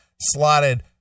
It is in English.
Slotted